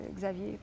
Xavier